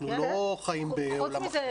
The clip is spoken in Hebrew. אנחנו לא חיים בעולם אחר.